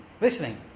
Listening